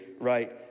right